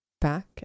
back